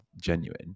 genuine